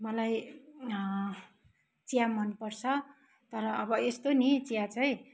मलाई चिया मन पर्छ तर अब यस्तो नि चिया चाहिँ